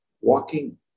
walking